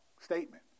statement